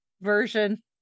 version